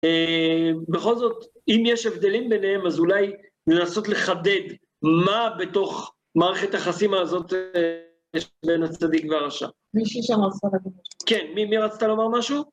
בכל זאת, אם יש הבדלים ביניהם, אז אולי לנסות לחדד מה בתוך מערכת החסימה הזאת בין הצדיק והרשע. מישהי שם רצתה להגיד משהו. כן, מי רצתה לומר משהו?